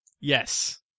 Yes